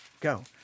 go